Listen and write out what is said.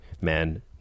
man